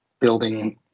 building